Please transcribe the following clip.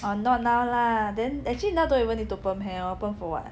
orh not now lah then actually now don't even need to perm hair orh perm for [what]